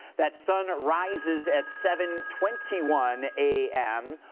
that sun rises at seven twenty one a m.